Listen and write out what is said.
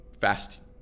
fast